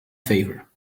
favor